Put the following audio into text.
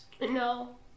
No